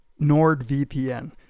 NordVPN